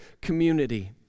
community